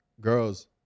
girls